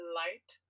light